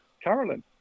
Carolyn